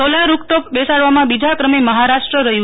solar rooftop બેસાડવામાં બીજા ક્રમે મહારાષ્ટ્ર રહ્યું છે